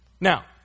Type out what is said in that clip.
Now